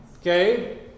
okay